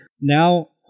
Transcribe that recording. now